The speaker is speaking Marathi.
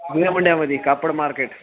जुन्या मोंढ्यामध्ये कापड मार्केट